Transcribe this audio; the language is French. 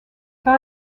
par